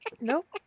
Nope